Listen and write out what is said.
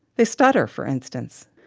they stutter, for instance.